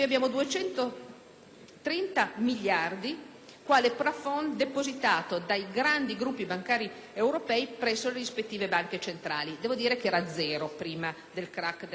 230 miliardi quale *plafond* depositato dai grandi gruppi bancari europei presso le rispettive banche centrali - devo dire che era zero prima del *crac* della Lehman Brothers